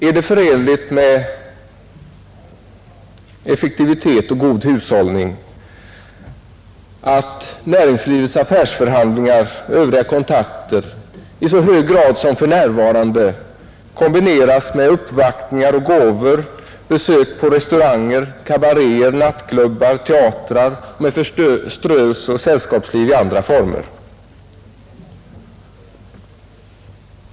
Är det förenligt med effektivitet och god hushållning att näringslivets affärsförhandlingar och övriga kontakter i så hög grad som för närvarande kombineras med uppvaktningar och gåvor, besök på restauranger, kabaréer, nattklubbar, teatrar och med förströelse och sällskapsliv i andra former?